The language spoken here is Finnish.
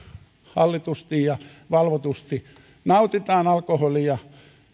hallitusti ja valvotusti nautitaan alkoholia